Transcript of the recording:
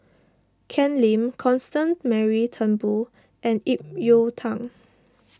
Ken Lim Constance Mary Turnbull and Ip Yiu Tung